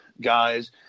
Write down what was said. guys